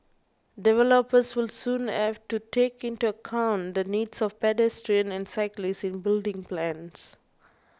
developers will soon have to take into account the needs of pedestrians and cyclists in building plans